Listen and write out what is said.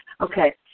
Okay